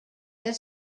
their